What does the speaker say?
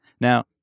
Now